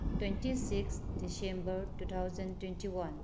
twenty six December two thousand twenty one